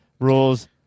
rules